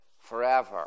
forever